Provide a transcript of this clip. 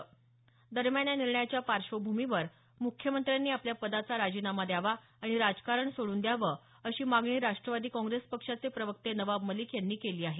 दरम्यान सर्वोच्च न्यायालयानं दिलेल्या या निर्णयाच्या पार्श्वभूमीवर मुख्यमंत्र्यांनी आपल्या पदाचा राजीनामा द्यावा आणि राजकारण सोडून द्यावं अशी मागणी राष्ट्रवादी काँग्रेस पक्षाचे प्रवक्ते नवाब मलिक यांनी केली आहे